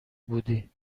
بودی